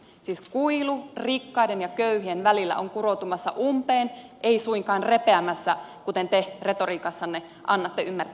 siis kuilu rikkaiden ja köyhien välillä on kuroutumassa umpeen ei suinkaan repeämässä kuten te retoriikassanne annatte ymmärtää